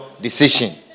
decision